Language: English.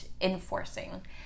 enforcing